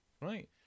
Right